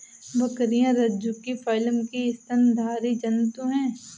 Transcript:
बकरियाँ रज्जुकी फाइलम की स्तनधारी जन्तु है